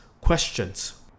questions